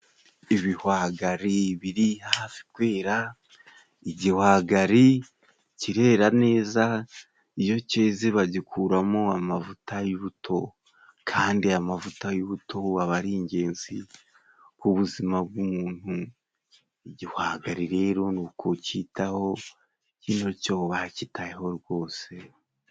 Ibihwagari biri hafi kwera, igihwagari kirera neza iyo cyeze bagikuramo amavuta y'ubuto kandi amavuta y'ubuto aba ari ingenzi ku buzima bw'umuntu, igihwagari rero ni ukucyitaho kino cyo bacyitayeho rwose.